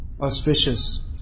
auspicious